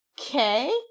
okay